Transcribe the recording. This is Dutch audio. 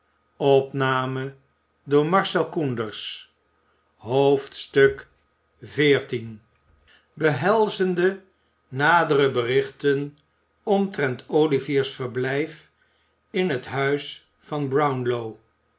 behelzende nadere berichten omtrent olivier's verbluf in het huis tan brownlow